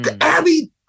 Abby